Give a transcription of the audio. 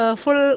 full